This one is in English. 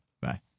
Bye